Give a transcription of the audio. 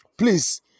Please